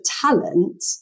talent